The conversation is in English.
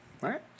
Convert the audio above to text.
Right